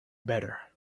better